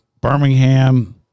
Birmingham